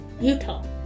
Utah